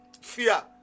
Fear